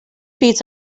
feeds